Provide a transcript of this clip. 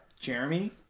Jeremy